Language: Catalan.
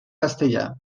castellà